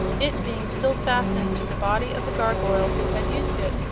it being still fastened to the body of the gargoyle who had used it.